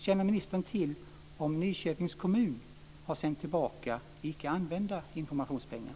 Känner ministern till om Nyköpings kommun har sänt tillbaka icke använda informationspengar?